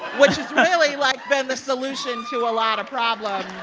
which has really, like, been the solution to a lot of problems,